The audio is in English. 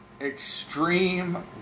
extreme